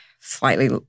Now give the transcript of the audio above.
slightly